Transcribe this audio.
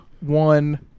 one